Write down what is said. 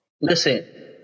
Listen